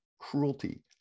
cruelty